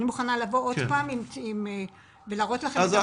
אני מוכנה לבוא שוב ולהראות לכם את המצגת.